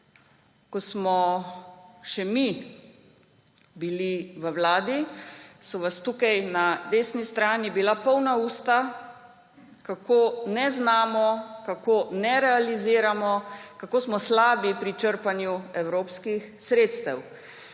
Ko smo še mi bili v vladi, so vas tukaj na desni strani bila polna usta, kako ne znamo, kako ne realiziramo, kako smo slabi pri črpanju evropskih sredstev.